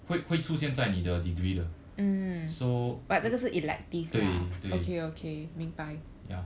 会会会出现在你的 degree 的 so 对对 ya